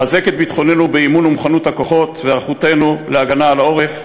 לחזק את ביטחוננו באימון ומוכנות הכוחות והיערכותנו להגנה על העורף